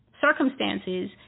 circumstances